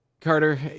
Carter